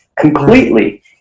completely